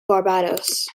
barbados